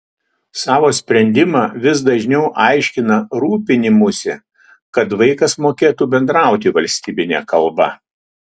savo sprendimą vis dažniau aiškina rūpinimųsi kad vaikas mokėtų bendrauti valstybine kalba